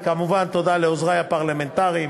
וכמובן תודה לעוזרי הפרלמנטרים,